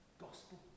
gospel